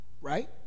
Right